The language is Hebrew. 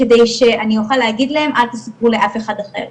כדי שאני אוכל להגיד להם אל תספרו לאף אחד אחר",